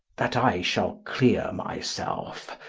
that i shall cleere my selfe,